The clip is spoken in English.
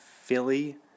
Philly